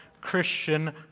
Christian